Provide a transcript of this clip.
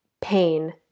pain